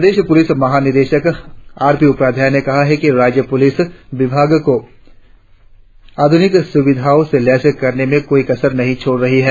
प्रदेश पुलिस महा निदेशक आर पी उपाध्याय ने कहा कि राज्य सरकार पुलिस विभाग को आधुनिक सुविधाओं के लेस करने में कोई कसन नहीं छोड़ रही है